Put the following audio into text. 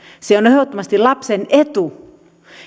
se on on ehdottomasti lapsen etu